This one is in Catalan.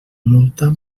multa